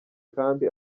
kandi